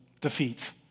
defeats